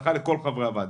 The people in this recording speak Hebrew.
בהצלחה לכל חברי הוועדה.